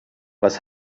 was